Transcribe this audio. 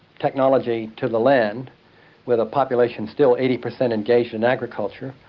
technology to the land with a population still eighty percent engaged in agriculture,